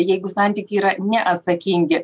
jeigu santykiai yra neatsakingi